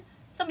ya